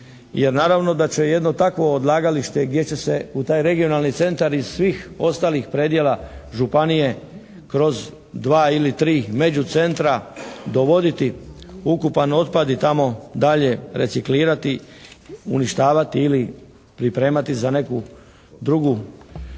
naravno da će jedno takvo odlagalište gdje će se u taj regionalni centar iz svih ostalih predjela županije kroz 2 ili 3 među centra dovoditi ukupan otpad i tamo dalje reciklirati, uništavati ili pripremati za neku drugu